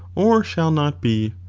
or shall not be,